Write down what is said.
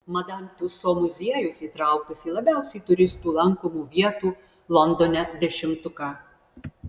madam tiuso muziejus įtrauktas į labiausiai turistų lankomų vietų londone dešimtuką